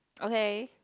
okay